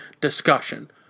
discussion